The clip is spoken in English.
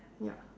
yup